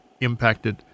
impacted